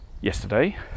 yesterday